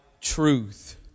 truth